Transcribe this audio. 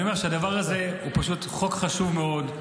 אני אומר שהדבר הזה הוא חוק חשוב מאוד.